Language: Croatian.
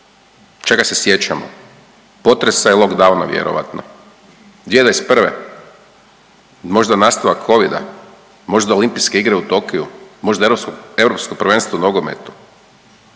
Čega se sjećamo? Potresa i lockdowna vjerovatno. 2021.? Možda nastavak Covida? Možda olimpijske igre u Tokiju? Možda europskog prvenstva u nogometu?